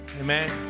Amen